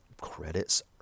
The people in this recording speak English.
credits